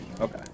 Okay